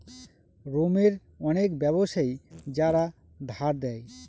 রোমের অনেক ব্যাবসায়ী যারা ধার দেয়